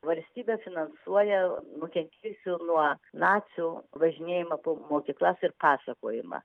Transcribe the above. valstybė finansuoja nukentėjusių nuo nacių važinėjimą po mokyklas ir pasakojimą